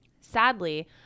Sadly